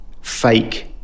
fake